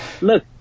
look